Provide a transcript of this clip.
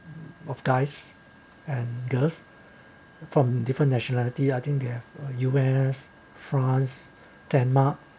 of guys and girls from different nationalities I think they have U_S france denmark